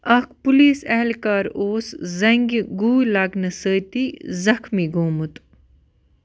اکھ پُلیٖس اہلکار اوس زنٛگہِ گوٗلۍ لگنہٕ سۭتی زخمی گوٚمُت